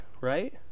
right